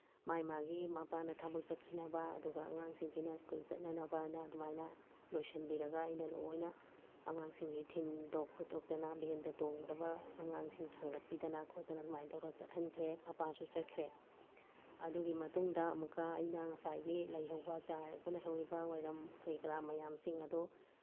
ꯃꯥꯒꯤ ꯃꯥꯒꯤ ꯃꯄꯥꯅ ꯊꯕꯛ ꯆꯠꯈꯤꯅꯕ ꯑꯗꯨꯒ ꯑꯉꯥꯡꯁꯤꯡꯁꯤꯅ ꯏꯁꯀꯨꯜ ꯆꯠꯅꯅꯕ ꯍꯥꯏꯅ ꯑꯗꯨꯃꯥꯏꯅ ꯂꯣꯏꯁꯤꯟꯕꯤꯔꯒ ꯑꯩꯅ ꯂꯣꯏꯅ ꯑꯉꯥꯡꯁꯤꯡꯁꯤ ꯊꯤꯟꯗꯣꯛ ꯈꯣꯠꯇꯣꯛꯇꯅ ꯚꯦꯟꯗ ꯇꯣꯡꯒꯗꯕ ꯑꯉꯥꯡꯁꯤꯡ ꯊꯥꯡꯒꯠꯄꯤꯗꯅ ꯈꯣꯠꯇꯅ ꯑꯗꯨꯃꯥꯏꯅ ꯇꯧꯔꯒ ꯆꯠꯍꯟꯈ꯭ꯔꯦ ꯃꯄꯥꯁꯨ ꯆꯠꯈ꯭ꯔꯦ ꯑꯗꯨꯒꯤ ꯃꯇꯨꯡꯗ ꯑꯃꯨꯛꯀ ꯑꯩꯅ ꯉꯁꯥꯏꯒꯤ ꯂꯩꯍꯧꯕ ꯆꯥꯏꯔꯒ ꯂꯩꯍꯧꯔꯤꯕ ꯋꯥꯏꯔꯝ ꯀꯔꯤ ꯀꯔꯥ ꯃꯌꯥꯝꯁꯤꯡ ꯑꯗꯣ